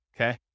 okay